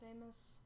famous